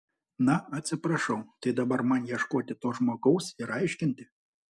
na atsiprašau tai dabar man ieškoti to žmogaus ir aiškinti